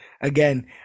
again